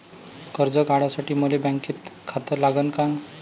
कर्ज काढासाठी मले बँकेत खातं लागन का?